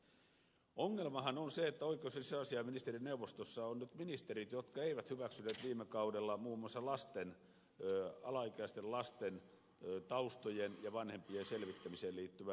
ongelmahan on se että oikeus ja sisäasiainministerineuvostossa on nyt ministerit jotka eivät hyväksyneet viime kaudella muun muassa alaikäisten lasten taustojen ja vanhempien selvittämiseen liittyvää viranomaisyhteistyövelvoitettakaan